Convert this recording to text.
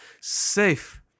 safe